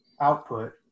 output